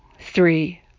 three